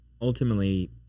ultimately